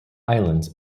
islands